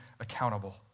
accountable